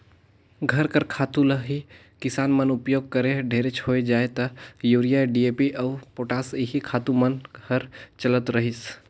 घर कर खातू ल ही किसान मन उपियोग करें ढेरेच होए जाए ता यूरिया, डी.ए.पी अउ पोटास एही खातू मन हर चलत रहिस